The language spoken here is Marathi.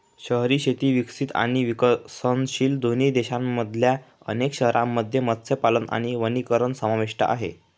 शहरी शेती विकसित आणि विकसनशील दोन्ही देशांमधल्या अनेक शहरांमध्ये मत्स्यपालन आणि वनीकरण समाविष्ट आहे